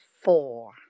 four